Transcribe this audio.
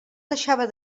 deixava